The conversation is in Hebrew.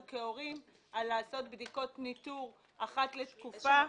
כהורים לעשות בדיקות ניטור מידי תקופה.